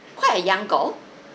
quite a young girl